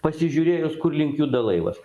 pasižiūrėjus kur link juda laivas